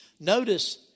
Notice